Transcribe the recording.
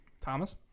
Thomas